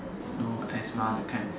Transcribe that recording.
no asthma that kind